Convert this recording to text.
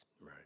Right